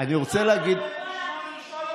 אני לא אשאל אותך איך לדבר.